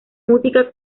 música